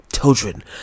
children